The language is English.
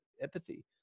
empathy